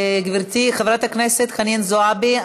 גברתי חברת הכנסת חנין זועבי,